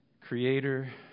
creator